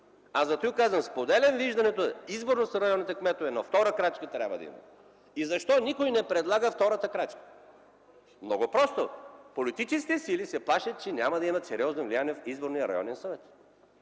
Затова казвам, че споделям виждането за изборност на районните кметове, но трябва да има втора крачка. Защо никой не предлага втората крачка? Много просто – политическите сили се плашат, че няма да имат сериозно влияние в изборния районен съвет.